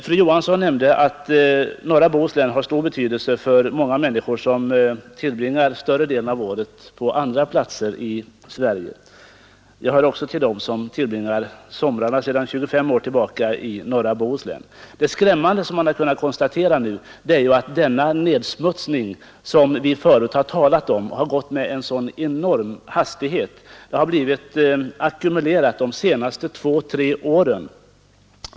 Fru Johansson nämnde att norra Bohuslän har stor betydelse för många människor som tillbringar större delen av året på andra platser i Sverige. Jag hör också till dem som tillbringar somrarna sedan 25 år tillbaka i norra Bohuslän. Det skrämmande, som man har kunnat konstatera nu, är att den nedsmutsning vi förut har talat om har gått med en enorm hastighet. Den har ackumulerats de senaste två—tre åren.